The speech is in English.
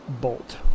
bolt